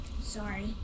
Sorry